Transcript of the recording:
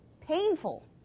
painful